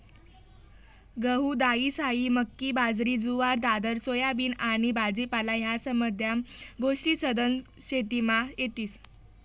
गहू, दायीसायी, मक्की, बाजरी, जुवार, दादर, सोयाबीन आनी भाजीपाला ह्या समद्या गोष्टी सधन शेतीमा येतीस